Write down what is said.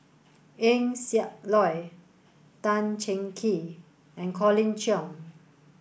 Eng Siak Loy Tan Cheng Kee and Colin Cheong